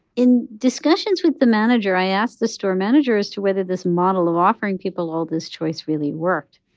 in discussions with the manager, i asked the store manager as to whether this model of offering people all this choice really worked.